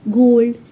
gold